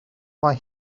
mae